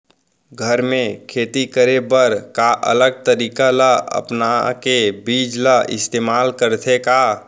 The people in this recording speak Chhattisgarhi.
घर मे खेती करे बर का अलग तरीका ला अपना के बीज ला इस्तेमाल करथें का?